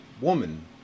woman